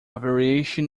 variation